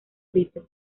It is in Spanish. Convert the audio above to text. frito